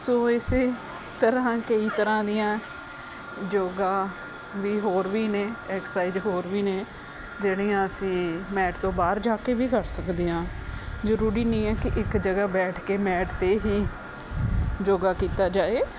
ਸੋ ਇਸੇ ਤਰ੍ਹਾਂ ਕਈ ਤਰ੍ਹਾਂ ਦੀਆਂ ਯੋਗਾ ਵੀ ਹੋਰ ਵੀ ਨੇ ਐਕਸਾਈਜ਼ ਹੋਰ ਵੀ ਨੇ ਜਿਹੜੀਆਂ ਅਸੀਂ ਮੈਟ ਤੋਂ ਬਾਹਰ ਜਾ ਕੇ ਵੀ ਕਰ ਸਕਦੇ ਹਾਂ ਜ਼ਰੂਰੀ ਨਹੀਂ ਹੈ ਕਿ ਇੱਕ ਜਗ੍ਹਾ ਬੈਠ ਕੇ ਮੈਟ 'ਤੇ ਹੀ ਯੋਗਾ ਕੀਤਾ ਜਾਏ